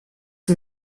sie